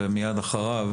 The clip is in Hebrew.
ומיד אחריו